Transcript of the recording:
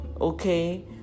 okay